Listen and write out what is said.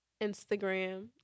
Instagram